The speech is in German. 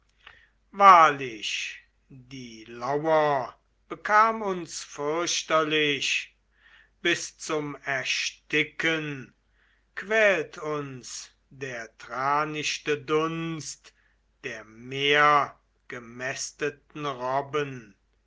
wahrlich die lauer bekam uns fürchterlich bis zum ersticken quält uns der tranichte dunst der meergemästeten robben